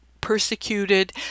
persecuted